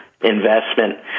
investment